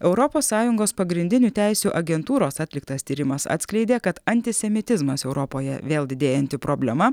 europos sąjungos pagrindinių teisių agentūros atliktas tyrimas atskleidė kad antisemitizmas europoje vėl didėjanti problema